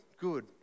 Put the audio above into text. good